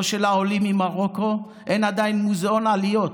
לא של העולים ממרוקו, עדיין אין מוזיאון עליות.